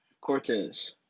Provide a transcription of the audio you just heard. Cortez